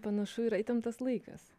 panašu yra įtemptas laikas